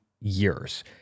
years